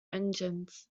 engines